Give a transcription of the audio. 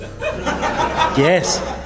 Yes